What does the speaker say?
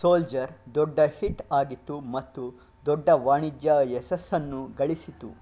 soldier ದೊಡ್ಡ hit ಆಗಿತ್ತು ಮತ್ತು ದೊಡ್ಡ ವಾಣಿಜ್ಯ ಯಶಸ್ಸನ್ನು ಗಳಿಸಿತು